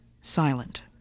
silent